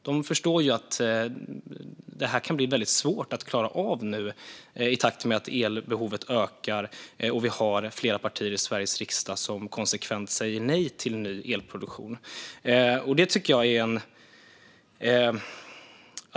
De förstår att detta kan bli väldigt svårt att klara av i takt med att elbehovet ökar och vi har flera partier i Sveriges riksdag som konsekvent säger nej till ny elproduktion.